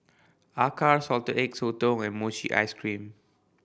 acar Salted Egg Sotong and mochi ice cream